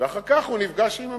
ואחר כך הוא נפגש עם המציאות,